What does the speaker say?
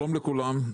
שלום לכולם,